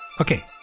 Okay